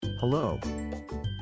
Hello